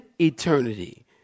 eternity